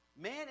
Man